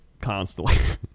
constantly